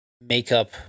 makeup